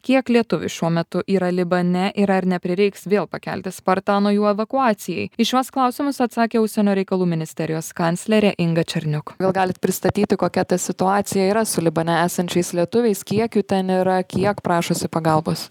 kiek lietuvių šiuo metu yra libane ir ar neprireiks vėl pakelti spartano jų evakuacijai į šiuos klausimus atsakė užsienio reikalų ministerijos kanclerė inga černiuk gal galit pristatyti kokia ta situacija yra su libane esančiais lietuviais kiek jų ten yra kiek prašosi pagalbos